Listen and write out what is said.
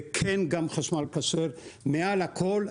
זה גם חשמל כשר אבל מעל הכול,